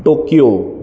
Tokyo